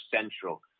central